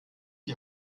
die